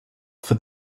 for